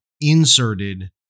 inserted